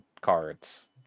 cards